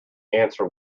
answer